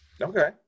okay